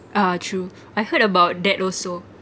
ah true I heard about that also